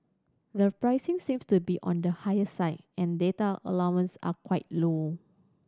the pricing seems to be on the higher side and data allowances are quite low